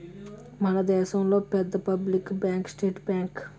మన దేశంలో పెద్ద పబ్లిక్ బ్యాంకు స్టేట్ బ్యాంకు